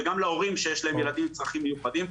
וגם להורים שיש להם אנשים עם צרכים מיוחדים.